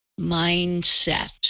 mindset